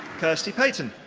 kirsty paton.